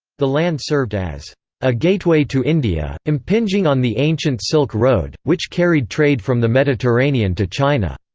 the land served as a gateway to india, impinging on the ancient silk road, which carried trade from the mediterranean to china.